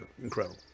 incredible